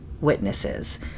witnesses